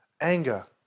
anger